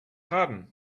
pardon